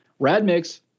Radmix